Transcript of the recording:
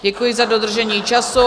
Děkuji za dodržení času.